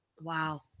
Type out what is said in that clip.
Wow